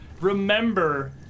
Remember